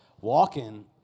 Walking